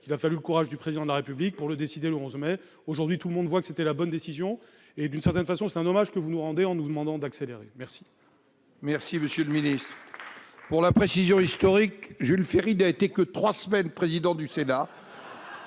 : il a fallu le courage du Président de la République pour le décider le 11 mai dernier. Aujourd'hui, tout le monde constate que c'était la bonne décision. D'une certaine manière, c'est un hommage que vous nous rendez en nous demandant d'accélérer !